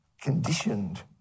conditioned